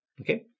Okay